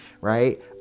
right